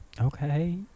Okay